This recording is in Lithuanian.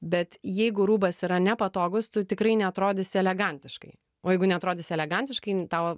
bet jeigu rūbas yra nepatogus tu tikrai neatrodys elegantiškai o jeigu neatrodys elegantiškai tau